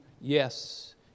yes